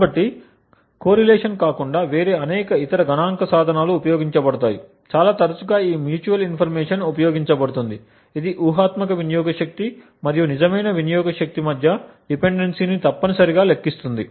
కాబట్టి కోరిలేషన్ కాకుండా వేరే అనేక ఇతర గణాంక సాధనాలు ఉపయోగించబడతాయి చాలా తరచుగా ఈ మ్యూచువల్ ఇన్ఫర్మేషన్ ఉపయోగించబడుతుంది ఇది ఊహాత్మక వినియోగ శక్తి మరియు నిజమైన వినియోగ శక్తి మధ్య డిపెండెన్సీని తప్పనిసరిగా లెక్కిస్తుంది